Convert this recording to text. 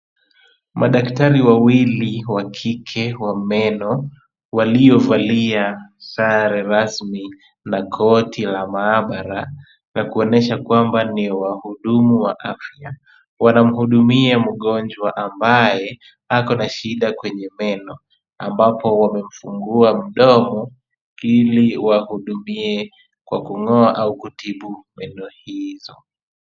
Madaktari wawili wa kike wa meno, waliovalia sare rasmi na koti la maabara, la kuonyesha kwamba ni wahudumu wa afya, wanamuhudumia mgonjwa ambaye ako na shida kwenye meno, ambapo wamemfungua mdomo ili wamuhudumie kwa kung'oa au kutibu meno hizo.